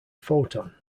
photon